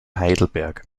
heidelberg